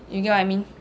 you get what I mean